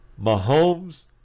Mahomes